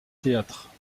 théâtre